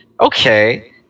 okay